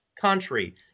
country